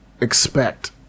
expect